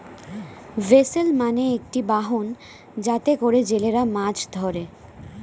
vessel মানে একটি বাহন যাতে করে জেলেরা মাছ ধরে